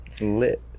Lit